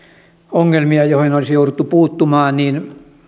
ongelmia joihin olisi jouduttu puuttumaan niin